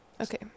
Okay